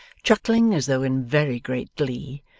chuckling as though in very great glee,